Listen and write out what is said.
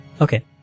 Okay